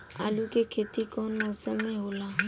आलू के खेती कउन मौसम में होला?